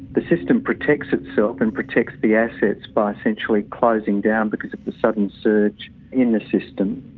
the system protects itself and protects the assets by essentially closing down because sudden surge in the system.